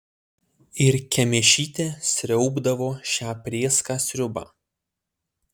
ir kemėšytė sriaubdavo šią prėską sriubą